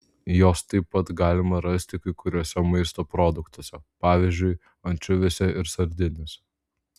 jos taip pat galima rasti kai kuriuose maisto produktuose pavyzdžiui ančiuviuose ir sardinėse